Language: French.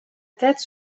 tête